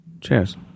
cheers